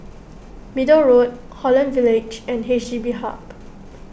Middle Road Holland Village and H D B Hub